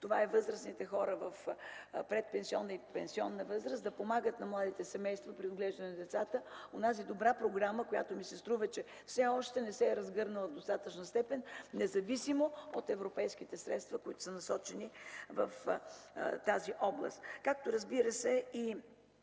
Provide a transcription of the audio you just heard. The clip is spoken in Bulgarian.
това е възрастните хора в предпенсионна и пенсионна възраст да помагат на младите семейства при отглеждане на децата – онази добра програма, която ми се струва, че все още не се е разгърнала в достатъчна степен, независимо от европейските средства, които са насочени в тази област. Както, разбира се, и